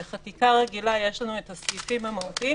בחקיקה רגילה יש לנו את הסעיפים המהותיים,